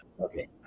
Okay